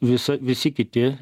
vis visa visi kiti